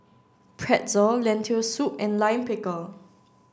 Pretzel Lentil soup and Lime Pickle